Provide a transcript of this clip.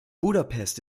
budapest